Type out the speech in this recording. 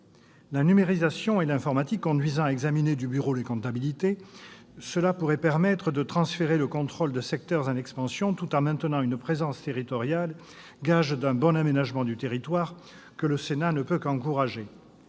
La numérisation et l'informatique, qui conduisent à examiner du bureau les comptabilités, pourraient permettre de transférer le contrôle de secteurs en expansion tout en maintenant une présence territoriale, gage d'un bon aménagement du territoire que le Sénat ne peut qu'encourager.